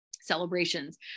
celebrations